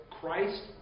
Christ